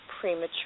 premature